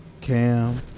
Cam